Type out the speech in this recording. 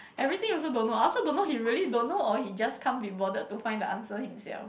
everything also don't know I also don't know he really don't know or he just can't be bothered to find the answer himself